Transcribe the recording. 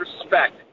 respect